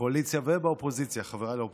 בקואליציה ובאופוזיציה, חבריי באופוזיציה,